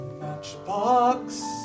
matchbox